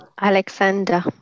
alexander